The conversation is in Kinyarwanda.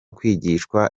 kwigishwa